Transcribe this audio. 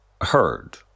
heard